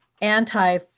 anti